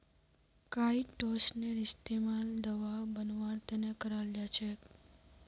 काईटोसनेर इस्तमाल दवा बनव्वार त न कराल जा छेक